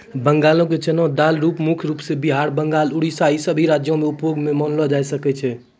बंगालो के चना दाल मुख्य रूपो से बिहार, बंगाल, उड़ीसा इ सभ राज्यो मे उपयोग मे लानलो जाय छै